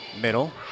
Middle